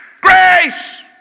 grace